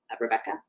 Rebecca